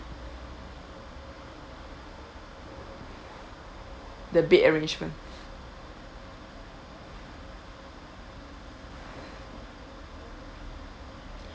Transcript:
the bed arrangement